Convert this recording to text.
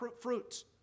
fruits